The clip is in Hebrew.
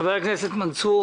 חבר הכנסת מנסור.